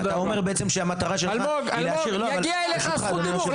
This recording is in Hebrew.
אתה אומר בעצם שהמטרה שלך -- אלמוג אלמוג תגיע אלייך זכות הדיבור,